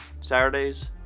Saturdays